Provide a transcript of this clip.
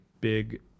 big